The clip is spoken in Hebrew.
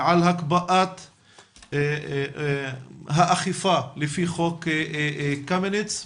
על הקפאת האכיפה לפי חוק קמיניץ.